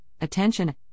attention